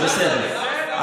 זה בסדר.